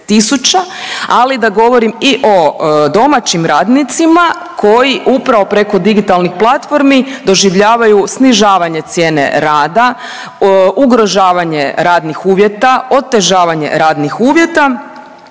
ali da govorim i o domaćim radnicima koji upravo preko digitalnih platformi doživljavaju snižavanje cijene rada, ugrožavanje radnih uvjeta, otežavanje radnih uvjeta